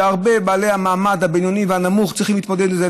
שהרבה בעלי מעמד בינוני ונמוך צריכים להתמודד עם זה,